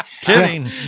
Kidding